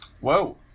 Whoa